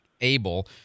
able